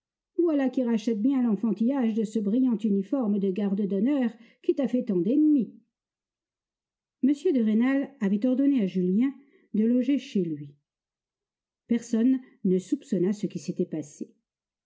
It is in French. voilà qui rachète bien l'enfantillage de ce brillant uniforme de garde d'honneur qui t'a fait tant d'ennemis m de rênal avait ordonné à julien de loger chez lui personne ne soupçonna ce qui s'était passé